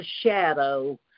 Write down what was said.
shadow